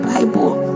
Bible